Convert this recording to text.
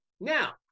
Now